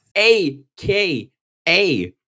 A-K-A